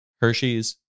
Hershey's